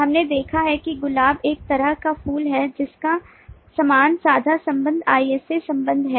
हमने देखा कि गुलाब एक अलग तरह का फूल है जिसका समान साझा संबंध IS A संबंध है